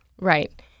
Right